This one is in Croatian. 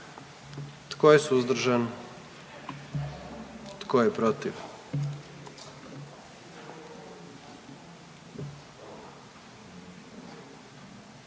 Tko je suzdržan? Tko je protiv?